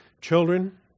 children